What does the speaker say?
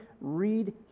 read